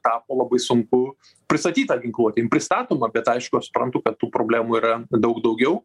tapo labai sunku pristatyt tą ginkluotę jin pristatoma bet aišku aš suprantu kad tų problemų yra daug daugiau